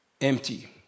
Empty